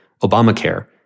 Obamacare